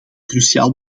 cruciaal